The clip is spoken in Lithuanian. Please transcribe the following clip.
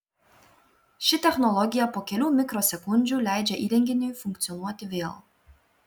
ši technologija po kelių mikrosekundžių leidžia įrenginiui funkcionuoti vėl